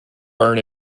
burn